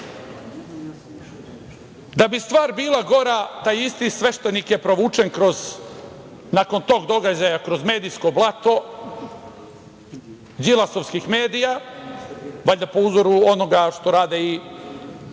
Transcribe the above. bi stvar bila gora, taj isti sveštenik je provučen, nakon tog događaja, kroz medijsko blato Đilasovskih medija, valjda po uzoru onoga što rade